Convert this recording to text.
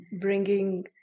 bringing